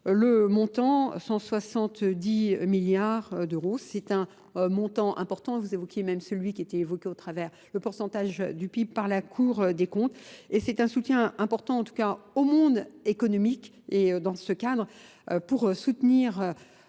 le montant 170 milliards d'euros. C'est un montant important. Vous évoquiez même celui qui était évoqué au travers le pourcentage du PIB par la cour des comptes. et c'est un soutien important au monde économique et dans ce cadre pour soutenir